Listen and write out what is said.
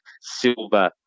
Silver